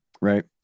right